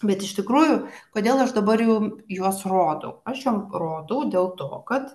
bet iš tikrųjų kodėl aš dabar jum juos rodau aš jum rodau dėl to kad